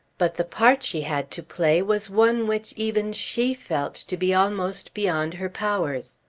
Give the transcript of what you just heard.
but the part she had to play was one which even she felt to be almost beyond her powers.